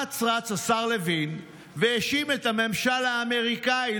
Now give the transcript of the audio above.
אץ-רץ השר לוין והאשים את הממשל האמריקאי,